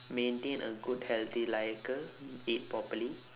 maintain a good healthy lifestyle eat properly